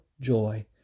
joy